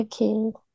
okay